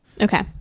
Okay